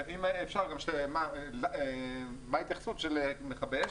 ואם אפשר גם מה ההתייחסות של מכבי האש